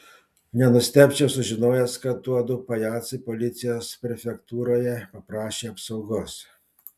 nenustebčiau sužinojęs kad tuodu pajacai policijos prefektūroje paprašė apsaugos